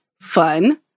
fun